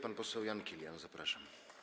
Pan poseł Jan Kilian, zapraszam.